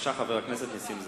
חבר הכנסת נסים זאב,